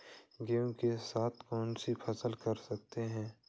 गेहूँ के साथ कौनसी फसल कर सकते हैं?